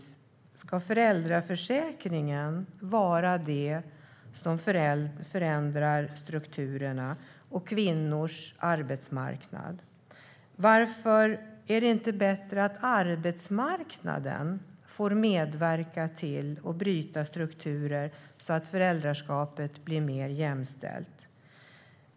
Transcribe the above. Ska föräldraförsäkringen förändra strukturerna och kvinnors arbetsmarknad? Är det inte bättre att arbetsmarknaden får medverka till att bryta strukturer så att föräldraskapet blir mer jämställt?